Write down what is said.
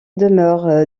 demeure